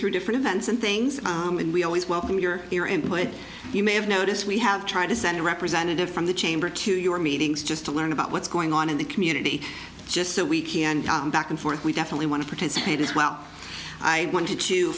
through different events and things and we always welcome your here and what you may have noticed we have tried to send a representative from the chamber to your meetings just to learn about what's going on in the community just so we can back and forth we definitely want to participate as well i wanted to